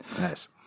nice